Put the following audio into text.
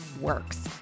Works